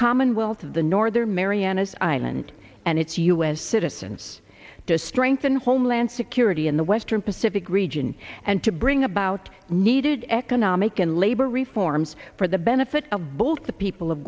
commonwealth of the northern marianas island and its u s citizens to strengthen homeland security in the western pacific region and to bring about needed economic and labor reforms for the benefit of both the people of